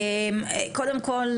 קודם כל,